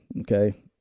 okay